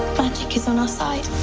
magic is on our side.